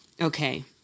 Okay